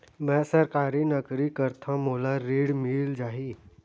मै सरकारी नौकरी करथव मोला ऋण मिल जाही?